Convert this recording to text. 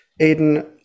Aiden